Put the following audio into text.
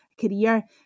career